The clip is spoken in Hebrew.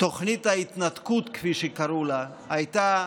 תוכנית ההתנתקות כפי שקראו לה, הייתה